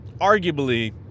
arguably